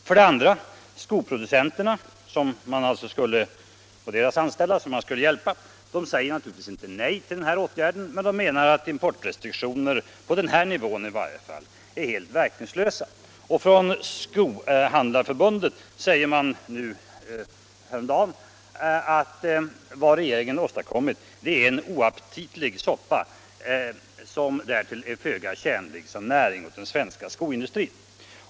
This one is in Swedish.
För det andra: Skoproducenterna och deras anställda, som man skulle hjälpa, säger naturligtvis inte nej till den här åtgärden, men de menar att importrestriktioner i varje fall på denna nivå är helt verkningslösa. Och Skohandlarförbundet sade häromdagen att vad regeringen åstadkommit är en ”oaptitlig soppa” som därtill ”är föga tjänlig som näring åt den svenska skoindustrin”.